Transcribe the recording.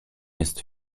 jest